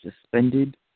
suspended